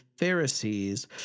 Pharisees